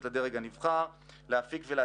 כדי לסייע לדרג הנבחר ליישם את מדיניותו,